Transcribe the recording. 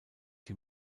die